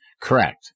Correct